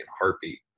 heartbeat